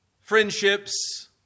Friendships